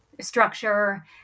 structure